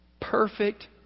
perfect